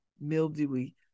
mildewy